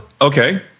Okay